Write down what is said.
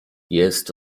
jest